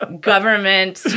government